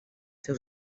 seus